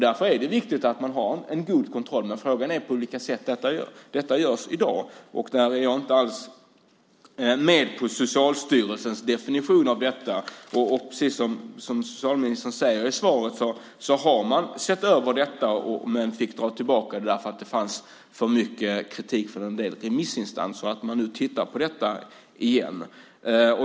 Därför är det viktigt med en god kontroll. Men frågan är på vilket sätt detta ska göras. Jag är inte alls med på Socialstyrelsens definition av detta. Socialministern sade i svaret att Socialstyrelsen har sett över frågan men har fått dra tillbaka förslaget därför att det fanns för mycket kritik från en del remissinstanser. Nu tittar Socialstyrelsen på detta igen.